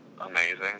amazing